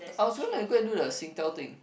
I was gonna go and do the Singtel thing